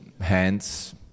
hands